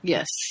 Yes